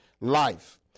life